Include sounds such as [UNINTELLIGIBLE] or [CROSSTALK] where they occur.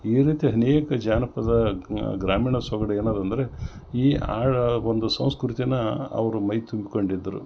ಈ ರೀತಿ ಅನೇಕ ಜಾನಪದ ಗ್ರಾಮೀಣ ಸೊಗಡು ಏನಾರ ಅಂದರೆ ಈ [UNINTELLIGIBLE] ಒಂದು ಸಂಸ್ಕೃತಿಯನ್ನ ಅವರು ಮೈ ತುಂಬ್ಕೊಂಡಿದ್ದರು